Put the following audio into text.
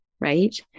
right